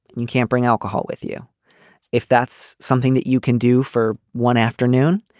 and you can't bring alcohol with you if that's something that you can do for one afternoon.